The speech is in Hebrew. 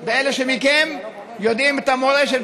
ואלה שמכם שיודעים את המורשת,